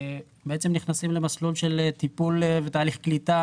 בעצם נכנסים למסלול של טיפול ותהליך קליטה